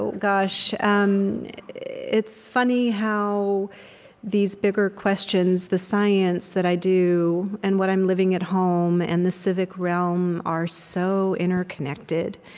gosh. um it's funny how these bigger questions the science that i do and what i'm living at home and the civic realm are so interconnected,